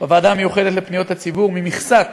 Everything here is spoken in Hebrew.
בוועדה המיוחדת לפניות הציבור, ממכסת